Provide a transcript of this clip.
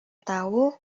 tahu